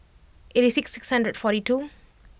eighty six six hundred and forty two